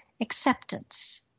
acceptance